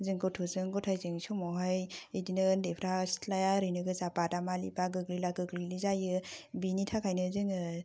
जों गथ'जों गथायजों समावहाय इदिनो ओन्दैफ्रा सिथ्लाया ओरैनो गोजा बादामालिब्ला गोग्लैला गोग्लैलि जायो बिनि थाखायनो जोङो